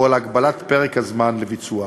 או על הגבלת פרק הזמן לביצועה.